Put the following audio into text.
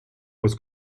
was